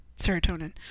serotonin